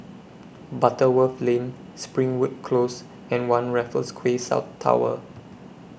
Butterworth Lane Springwood Close and one Raffles Quay South Tower